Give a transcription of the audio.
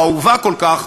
האהובה כל כך,